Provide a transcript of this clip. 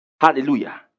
Hallelujah